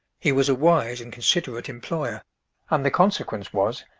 he was a wise and considerate employer and the consequence was,